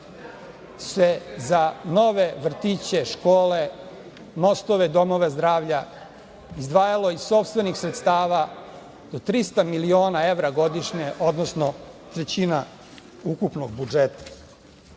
se za nove vrtiće, škole, mostove, domove zdravlja izdvajalo iz sopstvenih sredstava od 300 miliona evra godišnje, odnosno trećina ukupnog